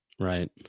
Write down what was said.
Right